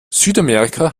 südamerika